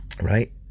Right